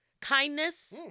kindness